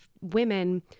women